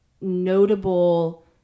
notable